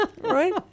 Right